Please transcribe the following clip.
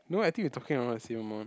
no I think we talking around the same amount